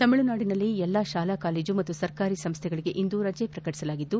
ತಮಿಳುನಾಡಿನಲ್ಲಿ ಎಲ್ಲಾ ಶಾಲಾ ಕಾಲೇಜು ಮತ್ತು ಸರ್ಕಾರಿ ಸಂಸ್ವೆಗಳಿಗೆ ಇಂದು ರಜೆ ಪ್ರಕಟಿಸಲಾಗಿದ್ದು